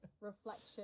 reflection